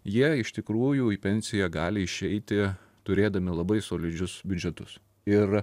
jie iš tikrųjų į pensiją gali išeiti turėdami labai solidžius biudžetus ir